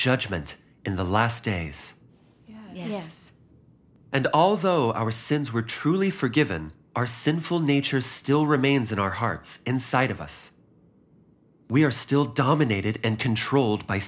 judgment in the last days yes and although our sins were truly forgiven our sinful nature is still remains in our hearts inside of us we are still dominated and controlled by